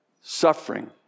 Suffering